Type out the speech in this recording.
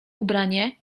ubranie